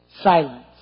silence